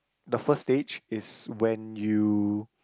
the first stage is when you